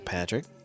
Patrick